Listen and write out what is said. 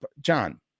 John